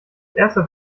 erste